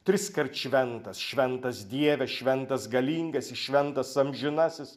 triskart šventas šventas dieve šventas galingasis šventas amžinasis